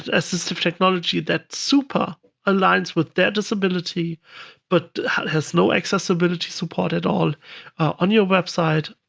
assistive technology that super aligns with their disability but has no accessibility support at all on your website.